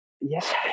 Yes